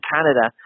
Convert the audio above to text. Canada